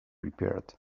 repaired